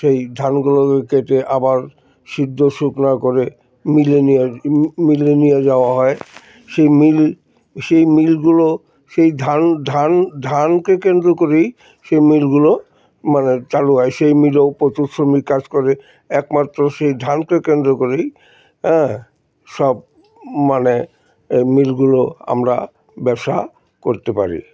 সেই ধানগুলোকে কেটে আবার সিদ্ধ শুকনা করে মিলে নিয়ে মিলে নিয়ে যাওয়া হয় সেই মিল সেই মিলগুলো সেই ধান ধান ধানকে কেন্দ্র করেই সেই মিলগুলো মানে চালু হয় সেই মিলও প্রচুর শ্রমিক কাজ করে একমাত্র সেই ধানকে কেন্দ্র করেই হ্যাঁ সব মানে মিলগুলো আমরা ব্যবসা করতে পারি